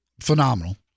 phenomenal